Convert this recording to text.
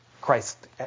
Christ